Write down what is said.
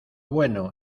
bueno